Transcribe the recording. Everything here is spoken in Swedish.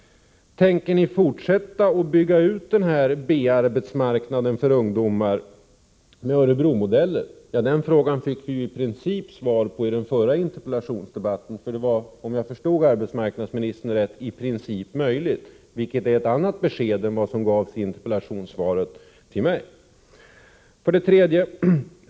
Tänker ni fortsätta att bygga ut B-arbetsmarknaden för ungdomar med Örebromodeller? Ja, den frågan blev i princip besvarad i den förra interpellationsdebatten. Om jag förstått arbetsmarknadsministern rätt, är det i princip möjligt, och det är ett annat besked än det som gavs i interpellationssvaret till mig. 3.